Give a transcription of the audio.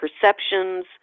perceptions